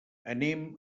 anem